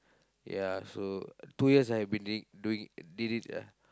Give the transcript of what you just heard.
ya so two years I have been doing doing did it ya